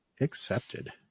accepted